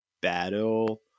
battle